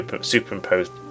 superimposed